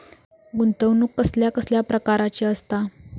गुंतवणूक कसल्या कसल्या प्रकाराची असता?